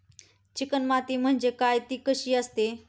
Chicken माती म्हणजे काय? ति कशी असते?